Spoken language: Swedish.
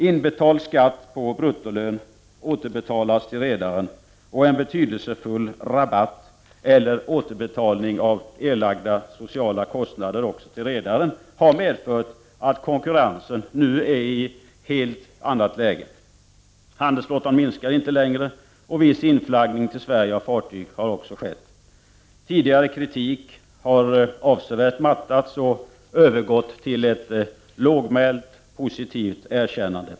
Inbetald skatt på bruttolön återbetalas till redaren, och en betydelsfull rabatt eller återbetalning av erlagda sociala kostnader också till redaren har medfört att konkurrensen nu är i helt annat läge. Handelsflottan minskar inte längre, och viss inflaggning till Sverige av fartyg har också skett. Tidigare kritik har avsevärt mattats och övergått till ett lågmält positivt erkännande.